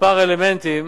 כמה אלמנטים,